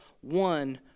one